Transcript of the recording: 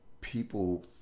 people